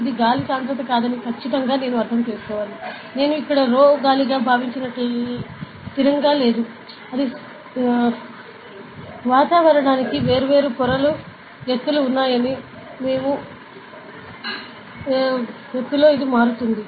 ఇది గాలి సాంద్రత కాదని ఖచ్చితంగా నేను అర్థం చేసుకోవాలి నేను ఇక్కడ రో గాలిగా భావించినట్లు స్థిరంగా లేదు అది స్థిరంగా లేదు వాతావరణానికి వేర్వేరు పొరల ఎత్తులు ఉన్నాయని మీకు తెలిసిన ఎత్తుతో ఇది మారుతుంది